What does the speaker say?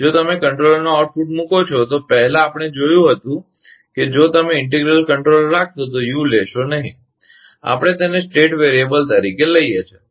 જો તમે કંટ્રોલરનું આઉટપુટ મૂકો છો તો પહેલાં આપણે જોયું છે કે જો તમે ઇન્ટિગ્રલ કંટ્રોલર રાખશો તો u લેશો નહીં આપણે તેને સ્ટેટ વેરીએબલ તરીકે લઈએ છીએ